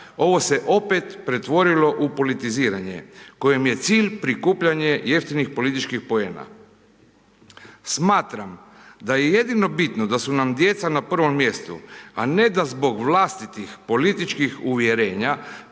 ovo se je opet pretvorilo u politiziranje, kojima je cilj prikupljanje jeftinih političkih poena. Smatram da je jedino bitno da su nam djeca na prvom mjestu, a ne da zbog vlastitih političkih uvjerenja,